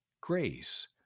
grace